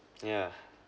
yeah